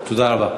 תודה רבה.